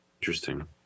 Interesting